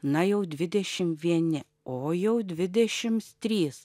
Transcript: na jau dvidešim vieni o jau dvidešims trys